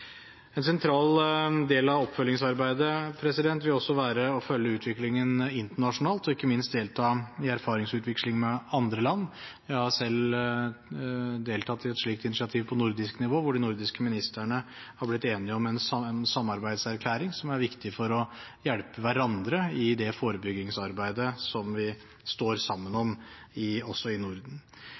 En sentral del av oppfølgingsarbeidet vil også være å følge utviklingen internasjonalt og ikke minst delta i erfaringsutveksling med andre land. Jeg har selv deltatt i et slikt initiativ på nordisk nivå, hvor de nordiske ministrene har blitt enige om en samarbeidserklæring, som er viktig for å hjelpe hverandre i det forebyggingsarbeidet som vi står sammen om også i Norden.